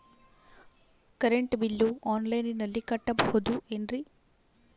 Current bill ಆನ್ಲೈನಿನಲ್ಲಿ ಕಟ್ಟಬಹುದು ಏನ್ರಿ?